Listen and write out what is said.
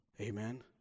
Amen